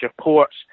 ports